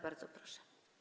Bardzo proszę.